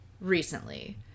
recently